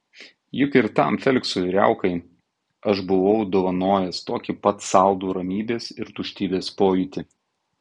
juk ir tam feliksui riaukai aš buvau dovanojęs tokį pat saldų ramybės ir tuštybės pojūtį